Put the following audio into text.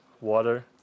water